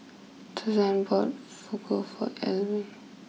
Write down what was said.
Suzan bought Fugu for Elwyn